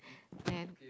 and